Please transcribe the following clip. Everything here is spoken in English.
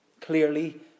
clearly